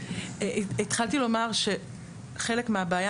התחלתי לומר שחלק מהבעיה